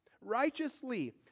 righteously